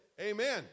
Amen